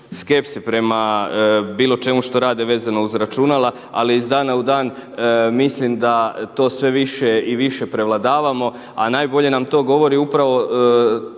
skepse prema bilo čemu što rade vezano uz računala, ali iz dana u dan mislim da to sve više i više prevladavamo. A najbolje nam to govori upravo